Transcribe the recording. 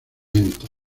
venta